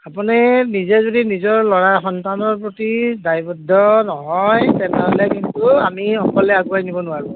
আপুনি নিজে যদি নিজৰ ল'ৰাৰ সন্তানৰ প্ৰতি দায়বদ্ধ নহয় তেনেহ'লে কিন্তু আমি অকলে আগুৱাই নিব নোৱাৰোঁ